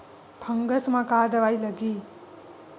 Fungus म का दवाई लगी?